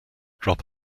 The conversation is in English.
drop